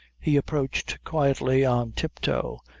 he approached quietly on tiptoe,